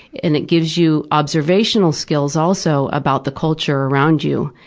and it gives you observational skills also about the culture around you.